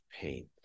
Pain